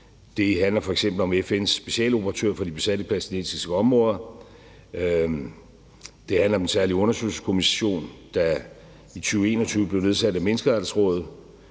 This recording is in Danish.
Det handler f.eks. om FN's specialrapportør for de besatte palæstinensiske områder, det handler om den særlige undersøgelseskommission, der i 2021 blev nedsat af Menneskerettighedsrådet